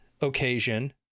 occasion—